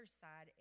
side